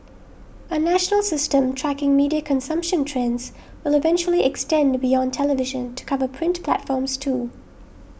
a national system tracking media consumption trends will eventually extend beyond television to cover print platforms too